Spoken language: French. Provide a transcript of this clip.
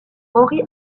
henri